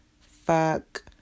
fuck